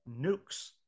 Nukes